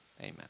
Amen